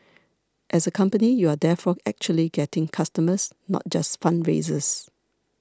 as a company you are therefore actually getting customers not just fundraisers